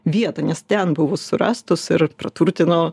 vietą nes ten buvo surastos ir praturtino